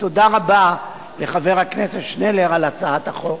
ותודה רבה לחבר הכנסת שנלר על הצעת החוק.